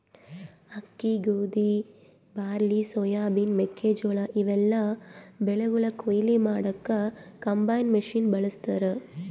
ಅಕ್ಕಿ ಗೋಧಿ barley soybean ಮೆಕ್ಕೆಜೋಳಾ ಇವೆಲ್ಲಾ ಬೆಳಿಗೊಳ್ ಕೊಯ್ಲಿ ಮಾಡಕ್ಕ್ ಕಂಬೈನ್ ಮಷಿನ್ ಬಳಸ್ತಾರ್